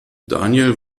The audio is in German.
daniel